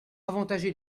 avantagé